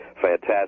fantastic